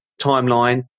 timeline